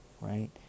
right